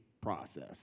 process